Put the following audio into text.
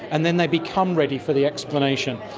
and then they become ready for the explanation,